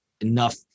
enough